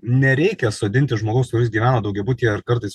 nereikia sodinti žmogaus kuris gyvena daugiabutyje ar kartais